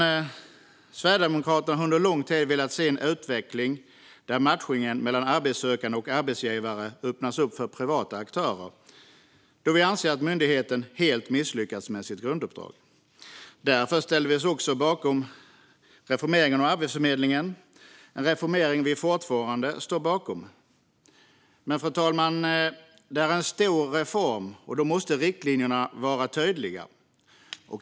Vi i Sverigedemokraterna har under lång tid velat se en utveckling där matchningen mellan arbetssökande och arbetsgivare öppnas upp för privata aktörer, då vi anser att myndigheten helt har misslyckats med sitt grunduppdrag. Därför ställde vi oss bakom reformeringen av Arbetsförmedlingen, och vi står fortfarande bakom denna reformering. Men, fru talman, detta är en stor reform, och då måste riktlinjerna vara tydliga.